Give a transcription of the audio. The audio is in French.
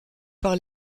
par